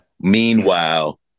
Meanwhile